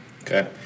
okay